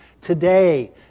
today